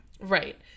Right